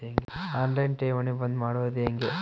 On line ಠೇವಣಿ ಬಂದ್ ಮಾಡೋದು ಹೆಂಗೆ?